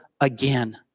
again